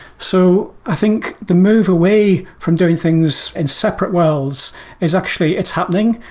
so i think the move away from doing things in separate worlds is actually it's happening.